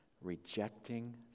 rejecting